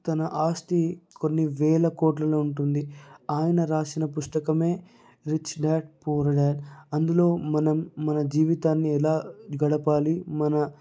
తన ఆస్తి కొన్ని వేల కోట్లలో ఉంటుంది ఆయన రాసిన పుస్తకం రిచ్ డ్యాడ్ పూర్ డ్యాడ్ అందులో మనం మన జీవితాన్ని ఎలా గడపాలి మన